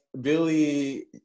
billy